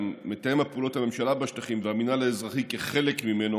מתאם פעולות הממשלה בשטחים והמינהל האזרחי כחלק ממנו